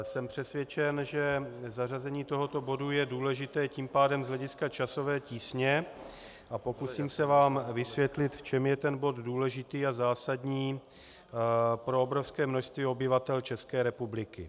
Jsem přesvědčen, že zařazení tohoto bodu je důležité tím pádem z hlediska časové tísně, a pokusím se vám vysvětlit, v čem je ten bod důležitý a zásadní pro obrovské množství obyvatel České republiky.